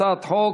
הצעת חוק